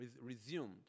resumed